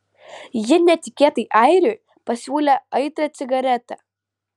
ji netikėtai airiui pasiūlė aitrią cigaretę